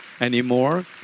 anymore